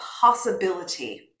possibility